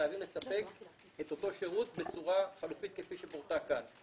חייבים לספק את אותו השירות בצורה חלופית כפי שפורט כאן.